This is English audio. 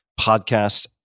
podcast